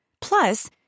Plus